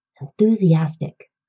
enthusiastic